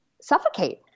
suffocate